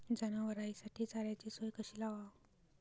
जनावराइसाठी चाऱ्याची सोय कशी लावाव?